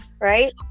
right